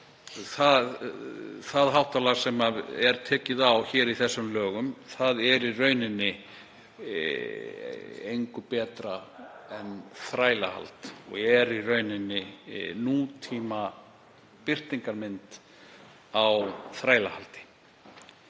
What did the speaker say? Það háttalag sem tekið er á í þessum lögum er í rauninni engu betra en þrælahald og er nútímabirtingarmynd á þrælahaldi.